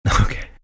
Okay